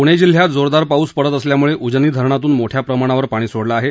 प्णे जिल्ह्यात जोरदार पाऊस पडत असल्यामुळे उजनी धरणातून मोठ्या प्रमाणावर पाणी सोडलं आहे